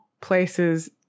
places